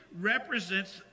represents